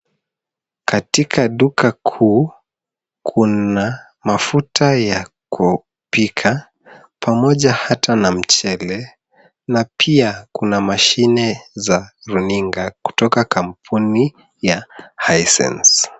Katika duka kuu kuna mafuta ya kupika pamoja hata na Mchele na pia kuna mashine za runinga kutoka kampuni ya Hisense.